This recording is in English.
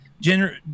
general